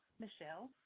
michelle